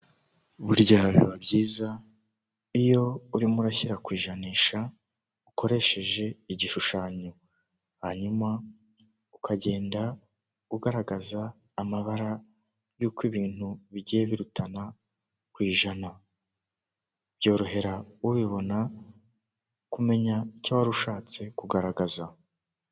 Burya biba byiza iyo urimo urashyira ku ijanisha ukoresheje igishushanyo, hanyuma ukagenda ugaragaza amabara y'uko ibintu bigiye birutana ku ijana byorohera ubibona kumenya wari ushatse kugaragaza.